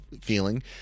feeling